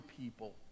people